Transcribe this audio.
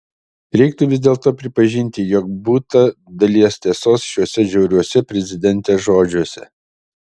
reiktų vis dėlto pripažinti jog būta dalies tiesos šiuose žiauriuose prezidentės žodžiuose